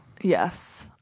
Yes